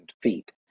feet